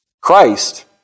Christ